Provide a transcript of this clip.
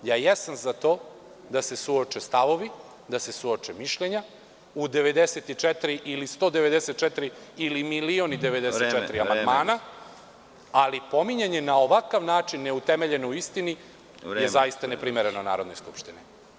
Jesam za to da se suoče stavovi, mišljenja u 94 ili 194 ili milion i 94 amandmana, ali pominjanje na ovakav način, ne utemeljeno na istini, je zaista neprimereno Narodnoj skupštini.